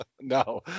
No